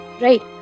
Right